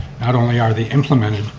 not only are they implemented,